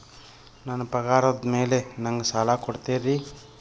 ನನ್ನ ಪಗಾರದ್ ಮೇಲೆ ನಂಗ ಸಾಲ ಕೊಡ್ತೇರಿ?